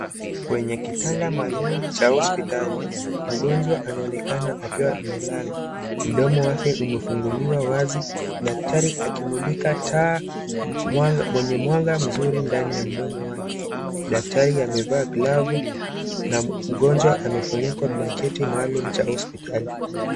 Kwenye kitanda maalum cha hospitali, mgonjwa anaonekana akiwa amelala mdomo wake umefunguliwa wazi daktari akimlika taa mwenye mwanga mzuri ndani ya mdomo wake, daktari amevaa glavu mgonjwa amefunikwa blanketi maalum cha hospitali.